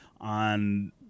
on